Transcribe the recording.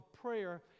prayer